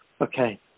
Okay